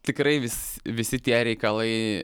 tikrai vis visi tie reikalai